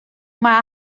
uma